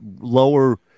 lower